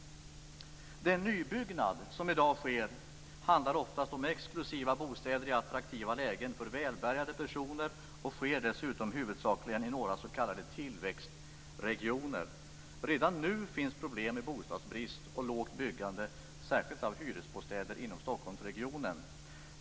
Den nybyggnad som sker i dag handlar oftast om exklusiva bostäder i attraktiva lägen för välbärgade personer och sker dessutom huvudsakligen i några s.k. tillväxtregioner. Redan nu finns det problem med bostadsbrist och lågt byggande, särskilt av hyresbostäder inom Stockholmsregionen.